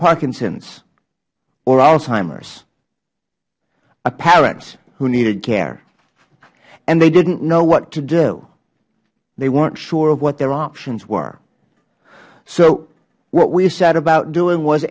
parkinsons or alzheimers a parent who needed care and they didnt know what to do they werent sure what their options were what we set about doing was